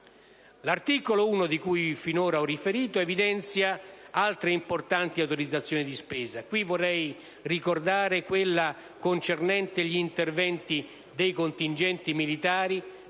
L'articolo 1, di cui ho finora riferito, reca altre importanti autorizzazioni di spesa. Vorrei in questa sede ricordare quella concernente gli interventi dei contingenti militari